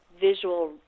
visual